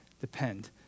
depend